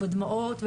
בדמעות,